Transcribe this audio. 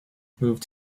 move